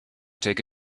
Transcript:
take